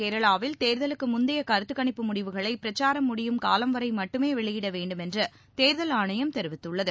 கேரளாவில் தேர்தலுக்குமுந்தையகருத்துக்கணிப்பு முடிவுகளைபிரச்சாரம் முடிவடையும் காலம் வரைமட்டுமேவெளியிடவேண்டுமென்றுதேர்தல் ஆணையம் தெரிவித்துள்ளது